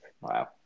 Wow